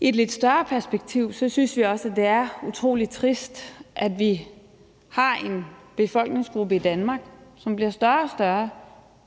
I et lidt større perspektiv synes vi også, at det er utrolig trist, at vi har en befolkningsgruppe i Danmark, som bliver større og større, og